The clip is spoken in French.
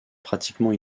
pratiquement